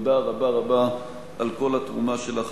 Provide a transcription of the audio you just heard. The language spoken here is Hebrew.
תודה רבה רבה על כל התרומה שלך,